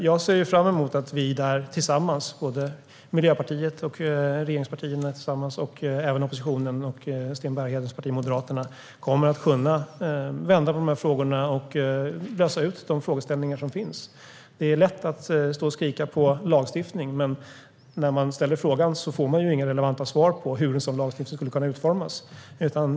Jag ser fram emot att vi där tillsammans - Miljöpartiet, regeringspartierna och även oppositionen och Sten Berghedens parti Moderaterna - kommer att kunna vända på de här frågorna och lösa de problem som finns. Det är lätt att stå och skrika på lagstiftning, men när man ställer frågan om hur en sådan lagstiftning skulle kunna utformas får man inga relevanta svar.